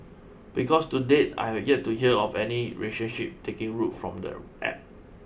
because to date I have yet to hear of any relationship taking root from the App